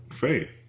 faith